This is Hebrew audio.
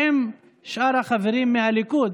ועם שאר החברים מהליכוד,